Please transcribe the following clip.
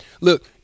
Look